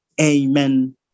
Amen